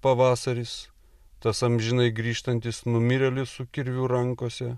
pavasaris tas amžinai grįžtantis numirėlis su kirviu rankose